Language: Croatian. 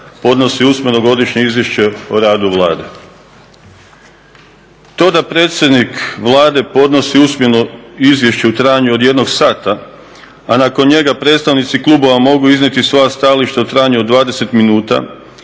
podnosi usmeno godišnje izvješće o radu Vlade. To da predsjednik Vlade podnosi usmeno izvješće u trajanju od jednog sata, a nakon njega predstavnici klubova mogu iznijeti svoja stajališta u trajanju od 20 minuta